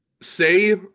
Say